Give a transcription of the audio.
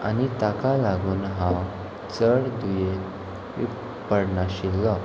आनी ताका लागून हांव चड दुयेंत पडनाशिल्लो